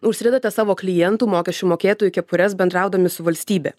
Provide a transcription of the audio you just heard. užsidedate savo klientų mokesčių mokėtojų kepures bendraudami su valstybe